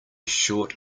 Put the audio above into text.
short